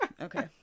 Okay